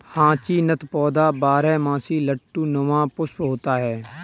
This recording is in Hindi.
हाचीनथ पौधा बारहमासी लट्टू नुमा पुष्प होता है